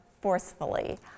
forcefully